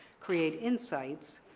create insights,